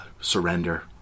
surrender